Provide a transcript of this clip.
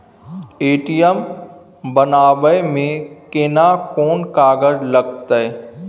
ATM बनाबै मे केना कोन कागजात लागतै?